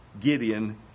Gideon